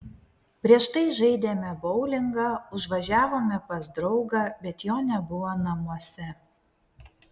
prieš tai žaidėme boulingą užvažiavome pas draugą bet jo nebuvo namuose